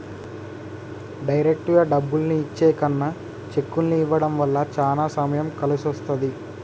డైరెక్టుగా డబ్బుల్ని ఇచ్చే కన్నా చెక్కుల్ని ఇవ్వడం వల్ల చానా సమయం కలిసొస్తది